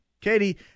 Katie